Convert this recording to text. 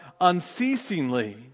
unceasingly